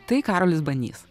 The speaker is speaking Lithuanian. tai karolis banys